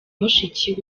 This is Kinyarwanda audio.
mushiki